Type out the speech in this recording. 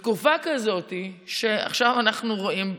בתקופה כזו כמו שעכשיו אנחנו רואים,